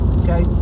okay